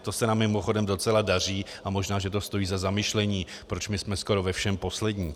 To se nám mimochodem docela daří a možná že to stojí za zamyšlení, proč my jsme skoro ve všem poslední.